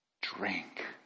drink